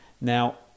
Now